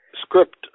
script